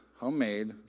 homemade